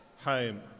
home